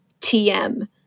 TM